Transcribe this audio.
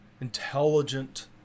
intelligent